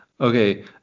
Okay